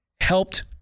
helped